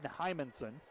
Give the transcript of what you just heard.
Hymanson